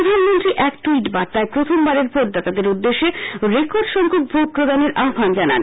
প্রধানমন্ত্রী এক টুইট বার্তায় প্রখমবারের ভোটদাতাদের উদ্দেশ্যে রেকর্ড সংখ্যক ভোট প্রদানের আহ্বান জানান